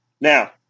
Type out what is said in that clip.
Now